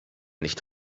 nicht